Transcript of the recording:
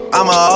I'ma